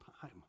time